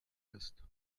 ist